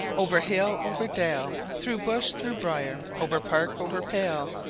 over hill, over dale, through bush, through briar, over park, over pale,